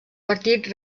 partit